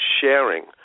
sharing